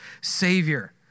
Savior